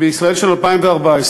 בישראל של 2014,